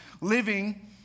living